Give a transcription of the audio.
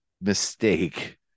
mistake